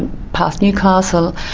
past newcastle,